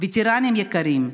וטרנים יקרים,